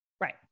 right